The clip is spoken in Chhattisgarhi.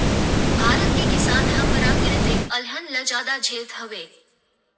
भारत के किसान ह पराकिरितिक अलहन ल जादा झेलत हवय